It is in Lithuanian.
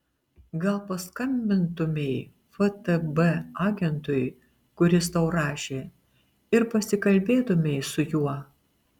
gal paskambintumei ftb agentui kuris tau rašė ir pasikalbėtumei su juo